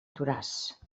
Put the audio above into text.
toràs